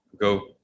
go